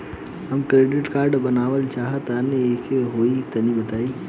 हम credit card बनवावल चाह तनि कइसे होई तनि बताई?